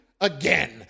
again